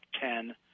ten